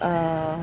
uh